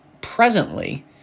presently